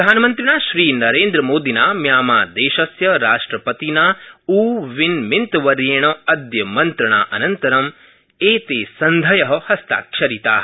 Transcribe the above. प्रधानमन्त्रणिा श्रीनरेन्द्र मोदिना म्यामांदेशस्य राष्ट्रपतिना ऊ विन मिन्तवर्येण अद्य मन्त्रणानन्तरम् एते सन्धय हस्ताक्षरिता